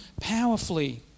powerfully